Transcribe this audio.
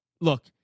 Look